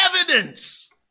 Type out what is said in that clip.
evidence